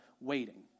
waiting